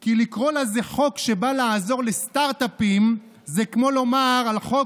כי לקרוא לזה חוק שבא לעזור לסטרטאפים זה כמו לומר על חוק